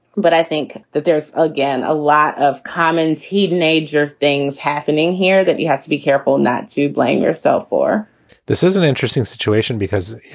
but i think that there's, again, a lot of common teenager things happening here that you have to be careful not to blame yourself for this is an interesting situation because,